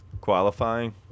qualifying